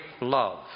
love